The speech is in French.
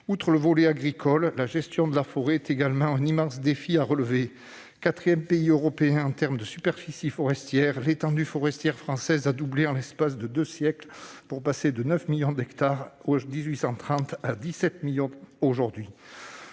Outre le volet agricole, la gestion de la forêt est également un immense défi à relever. Quatrième pays européen en termes de superficie forestière, la France a vu son étendue forestière doubler en l'espace de deux siècles, passant de 9 millions d'hectares en 1830 à 17 millions aujourd'hui.